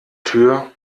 tür